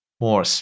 more –